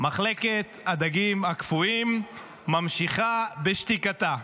מחלקת הדגים הקפואים ממשיכה בשתיקתה.